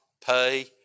pay